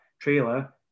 trailer